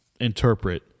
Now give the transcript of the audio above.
interpret